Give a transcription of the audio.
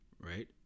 right